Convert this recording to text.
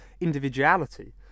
individuality